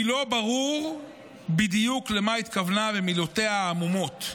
כי לא ברור בדיוק למה התכוונה במילותיה העמומות.